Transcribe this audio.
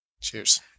Cheers